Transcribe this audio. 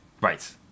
Right